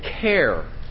care